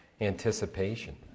anticipation